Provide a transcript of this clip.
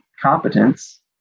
competence